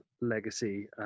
legacy